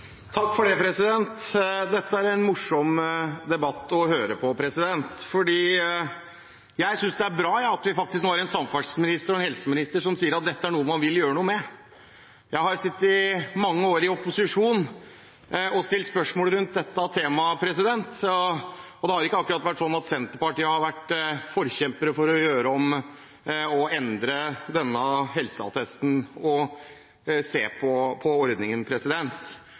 en morsom debatt å høre på. Jeg synes det er bra at vi nå faktisk har en samferdselsminister og en helseminister som sier at dette er noe man vil gjøre noe med. Jeg har sittet mange år i opposisjon og stilt spørsmål rundt dette temaet, og det har ikke akkurat vært sånn at Senterpartiet har vært forkjempere for å gjøre om og endre denne helseattesten og se på ordningen.